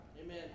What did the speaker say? Amen